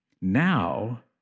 Now